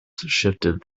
shifted